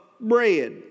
bread